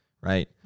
Right